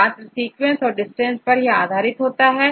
छात्रसीक्वेंसेस या डिस्टेंस पर आधारित होता है